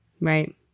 Right